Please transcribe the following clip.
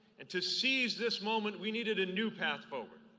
and to seize this moment we needed a new path forward,